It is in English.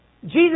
Jesus